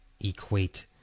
equate